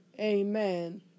Amen